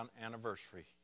anniversary